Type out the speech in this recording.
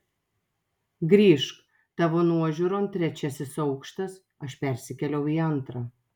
grįžk tavo nuožiūron trečiasis aukštas aš persikėliau į antrą